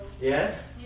Yes